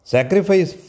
Sacrifice